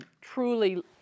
truly